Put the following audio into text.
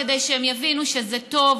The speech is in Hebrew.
כדי שהם יבינו שזה טוב